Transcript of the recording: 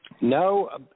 No